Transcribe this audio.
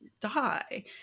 die